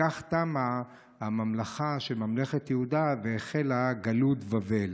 בכך תמה ממלכת יהודה והחלה גלות בבל.